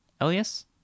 Elias